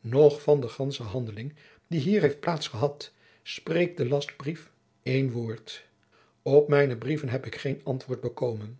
noch van de gandsche handeling die hier heeft plaats gehad spreekt de lastbrief jacob van lennep de pleegzoon een woord op mijne brieven heb ik geen antwoord bekomen